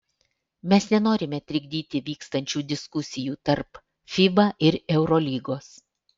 mes nenorime trikdyti vykstančių diskusijų tarp fiba ir eurolygos